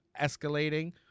escalating